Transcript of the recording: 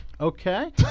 Okay